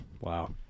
Wow